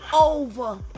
over